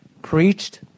preached